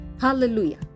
Hallelujah